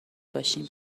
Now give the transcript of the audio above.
باشیم